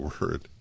word